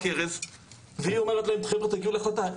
ארז והיא אומרת להם 'חבר'ה תגיעו להחלטה'.